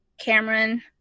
Cameron